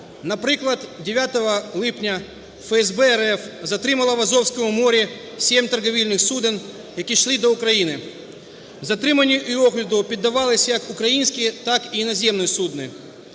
Наприклад, 9 липня ФСБ РФ затримала в Азовському морі сім торгівельних суден, які йшли до України. Затриманню і огляду піддавалися як українські, так і іноземні судна.